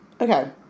Okay